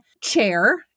chair